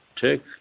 Take